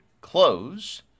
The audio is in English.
close